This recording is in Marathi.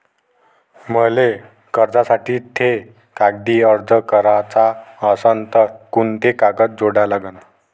मले कर्जासाठी थे कागदी अर्ज कराचा असन तर कुंते कागद जोडा लागन?